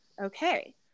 okay